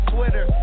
Twitter